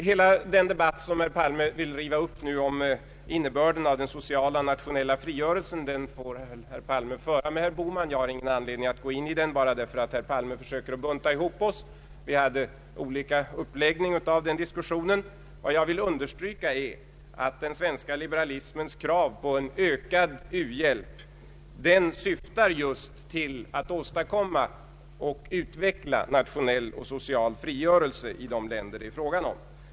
Hela den debatt som herr Palme vill riva upp nu om innebörden av den sociala och nationella frigörelsen får herr Palme föra med herr Bohman. Jag har ingen anledning att gå in i den bara därför att herr Palme försöker att bunta ihop oss. Vi hade olika uppläggning av den diskussionen. Vad jag vill understryka är att den svenska liberalismens krav på en ökad u-hjälp syftar just till att åstadkomma och utveckla nationell och social frigörelse i de länder det är fråga om.